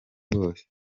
bose